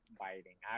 biting